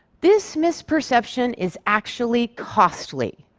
this misperception is actually costly.